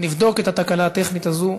נבדוק את התקלה הטכנית הזאת,